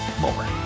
more